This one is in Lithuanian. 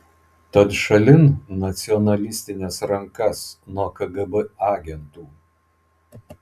tad šalin nacionalistines rankas nuo kgb agentų